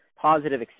positive